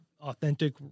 authentic